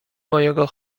mojego